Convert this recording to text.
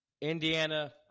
Indiana